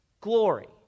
glory